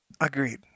Agreed